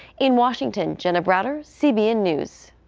in washington, jenna browder, cbn news.